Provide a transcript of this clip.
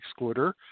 excluder